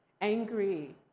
angry